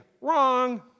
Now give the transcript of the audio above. Wrong